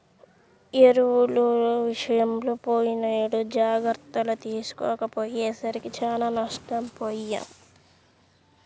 ఎరువుల విషయంలో పోయినేడు జాగర్తలు తీసుకోకపోయేసరికి చానా నష్టపొయ్యాం